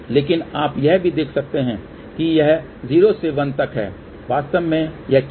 लेकिन आप यह भी देख सकते हैं कि यह 0 से 1 तक है वास्तव में यह क्या है